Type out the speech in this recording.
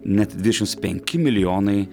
net dvidešimts penki milijonai